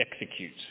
execute